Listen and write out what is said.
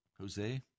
Jose